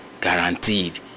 guaranteed